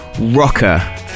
Rocker